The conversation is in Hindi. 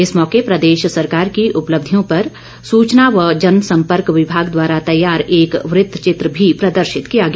इस मौके प्रदेश सरकार की उपलब्धियों पर सुचना व जनसम्पर्क विभाग द्वारा तैयार एक वृतचित्र भी प्रदर्शित किया गया